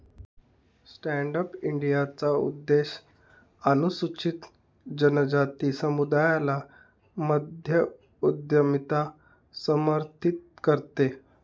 stand up इंडियाचा उद्देश अनुसूचित जनजाति समुदायाला मध्य उद्यमिता समर्थित करते